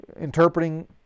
interpreting